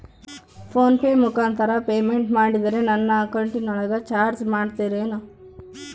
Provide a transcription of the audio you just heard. Phone pay ಮುಖಾಂತರ payment ಮಾಡಿದರೆ ನನ್ನ ಅಕೌಂಟಿನೊಳಗ ಚಾರ್ಜ್ ಮಾಡ್ತಿರೇನು?